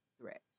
threats